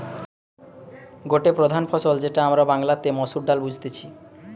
গটে প্রধান ফসল যেটা আমরা বাংলাতে মসুর ডালে বুঝতেছি